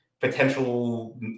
potential